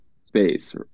space